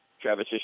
Travis